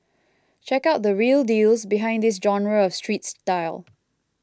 check out the real deals behind this genre of street style